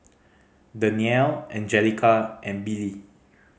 Dannielle Anjelica and Billie